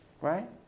right